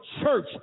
church